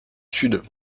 sud